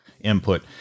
input